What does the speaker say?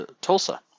Tulsa